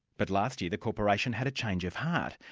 but last year the corporation had a change of heart,